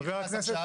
שנכנס עכשיו,